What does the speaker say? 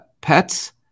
pets